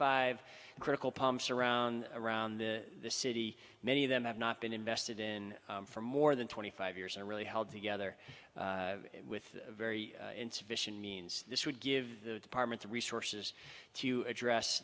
five critical pumps around around the city many of them have not been invested in for more than twenty five years and are really held together with very insufficient means this would give the department the resources to address